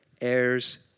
heirs